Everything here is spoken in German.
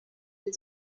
die